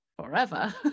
forever